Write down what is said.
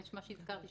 מה שהזכרתי,